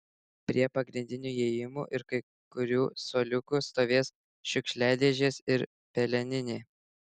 prie pagrindinių įėjimų ir kai kurių suoliukų stovės šiukšliadėžės ir peleninė